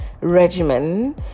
Regimen